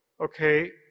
okay